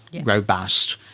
robust